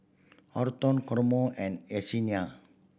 Horton Kamron and Yesenia